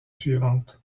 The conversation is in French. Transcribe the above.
suivante